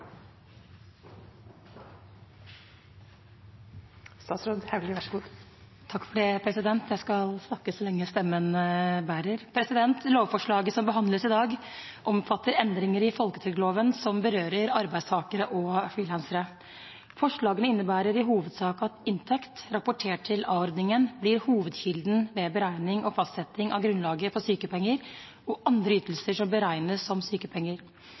Jeg skal snakke så lenge stemmen bærer! Lovforslaget som behandles i dag, omfatter endringer i folketrygdloven som berører arbeidstakere og frilansere. Forslagene innebærer i hovedsak at inntekt rapportert til a-ordningen blir hovedkilden ved beregning og fastsetting av grunnlaget for sykepenger og andre ytelser som beregnes som sykepenger.